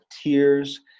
tears